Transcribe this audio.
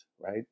right